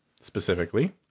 specifically